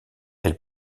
elle